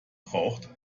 braucht